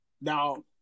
Now